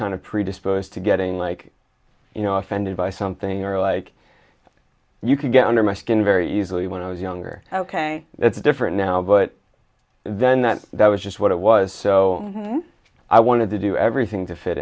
kind of predisposed to getting like you know offended by something or like you could get under my skin very easily when i was younger ok it's different now but then that that was just what it was so i wanted to do everything to fit